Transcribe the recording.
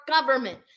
government